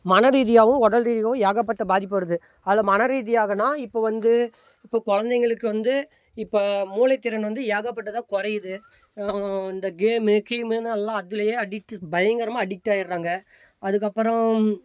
மனரீதியாகவும் உடல் ரீதியாகவும் ஏகப்பட்ட பாதிப்பு வருது அதில் மனரீதியாகன்னா இப்போ வந்து இப்போ குழந்தைங்களுக்கு வந்து இப்போ மூளைத்திறன் வந்து ஏகப்பட்டதாக குறையிது இந்த கேமு கீமுன்னு எல்லாம் அதில் அடிக்ட்டு பயங்கரமாக அடிக்ட்டாயிடுகிறாங்க அதுக்கப்புறம்